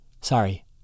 Sorry